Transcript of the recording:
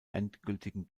endgültigen